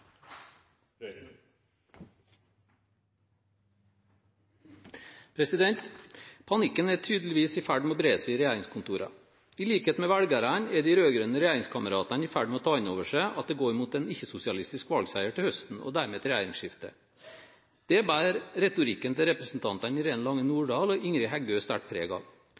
blott. Panikken er tydeligvis i ferd med å bre seg i regjeringskontorene. I likhet med velgerne er de rød-grønne regjeringskameratene i ferd med å ta inn over seg at det går mot en ikke-sosialistisk valgseier til høsten og dermed et regjeringsskifte. Dette bærer retorikken til representanten Irene Lange Nordahl og Ingrid Heggø sterkt preg av.